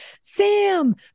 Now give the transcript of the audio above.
Sam